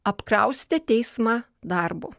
apkrausite teismą darbu